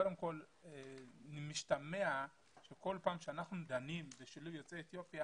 קודם כל משתמע שכל פעם שאנחנו דנים בשילוב יוצאי אתיופיה